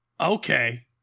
Okay